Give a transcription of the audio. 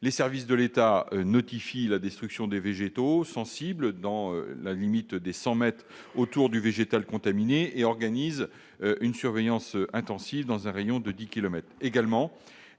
Les services de l'État notifient la destruction des végétaux sensibles dans la limite de cent mètres autour du végétal contaminé et organisent une surveillance intensive dans un rayon de dix